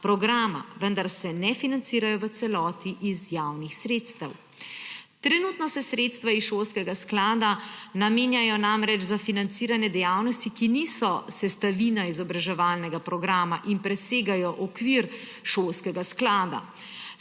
programa, vendar se ne financirajo v celoti iz javnih sredstev. Trenutno se sredstva iz šolskega sklada namenjajo za financiranje dejavnosti, ki niso sestavina izobraževalnega programa in presegajo okvir šolskega sklada,